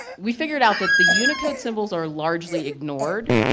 we figured out that the unicode symbols are largely ignored.